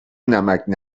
نمکـ